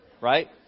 right